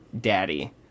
daddy